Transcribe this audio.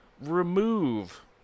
Remove